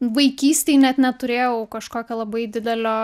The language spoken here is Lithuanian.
vaikystėj net neturėjau kažkokio labai didelio